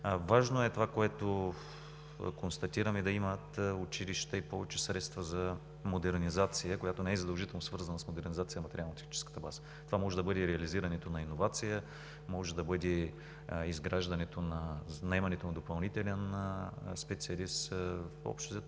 Важно е това, което констатираме – училищата да имат и повече средства за модернизация, която не е задължително свързана с модернизация на материално-техническата база. Това може да бъде реализирането на иновация, може да бъде наемането на допълнителен специалист. Общо